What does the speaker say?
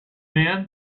man